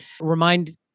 remind